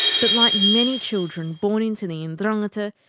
but like many children born into the ndrangheta,